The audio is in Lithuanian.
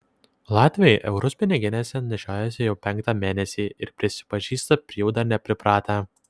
latviai eurus piniginėse nešiojasi jau penktą mėnesį ir prisipažįsta prie jų dar nepripratę